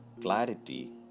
clarity